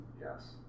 Yes